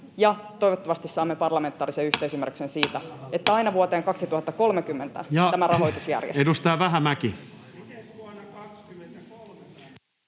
ja toivottavasti saamme parlamentaarisen yhteisymmärryksen siitä, että aina vuoteen 2030 tämä rahoitus järjestyy. Ja edustaja Vähämäki.